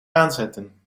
aanzetten